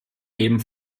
lebten